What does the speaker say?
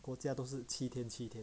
国家都是七天七天